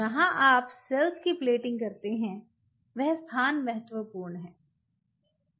जहाँ आप सेल्स की प्लेटिंग करते हैं वह स्थान महत्वपूर्ण हैं